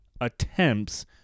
attempts